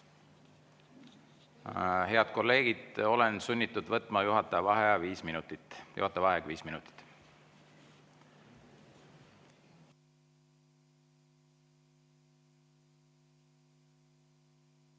Head kolleegid, olen sunnitud võtma juhataja vaheaja viis minutit.